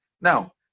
Now